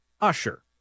Usher